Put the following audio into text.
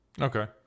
okay